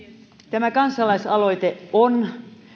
tämä kansalaisaloite on